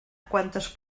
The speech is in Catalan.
quantes